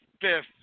fifth